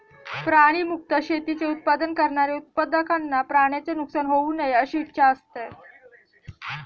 प्राणी मुक्त शेतीचे उत्पादन करणाऱ्या उत्पादकांना प्राण्यांचे नुकसान होऊ नये अशी इच्छा असते